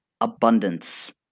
Abundance